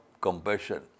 compassion